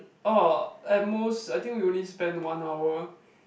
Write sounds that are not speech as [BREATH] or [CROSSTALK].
orh at most I think we only spend one hour [BREATH]